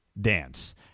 Dance